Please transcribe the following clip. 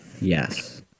Yes